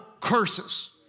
curses